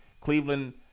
Cleveland